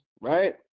right